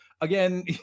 Again